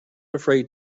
afraid